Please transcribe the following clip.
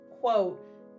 quote